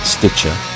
Stitcher